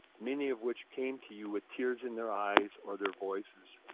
many of which came to you with tears in their eyes, or their voices,